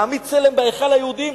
להעמיד צלם בהיכל היהודי,